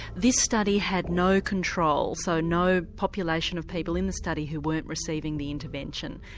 this study had no control, so no population of people in the study who weren't receiving the intervention.